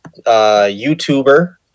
YouTuber